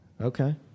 Okay